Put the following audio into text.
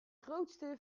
grootste